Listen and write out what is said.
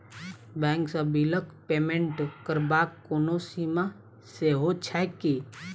Bank सँ बिलक payment करबाक कोनो सीमा सेहो छैक की?